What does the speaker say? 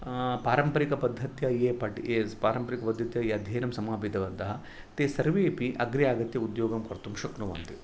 पारम्परिकपद्धत्या ये पठि पारम्परिकपद्धत्या ये अध्ययनं समापितवन्तः ते सर्वेऽपि अग्रे आगत्य उद्योगं कर्तुं शक्नुवन्ति